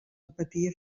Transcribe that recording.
repetia